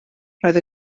roedd